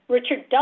Richard